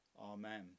Amen